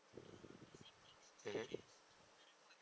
mmhmm